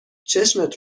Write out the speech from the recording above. چشمت